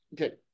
okay